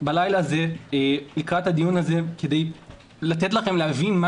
בלילה האחרון לקראת הדיון הזה כדי לתת לכם להבין מה